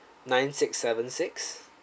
nine six seven six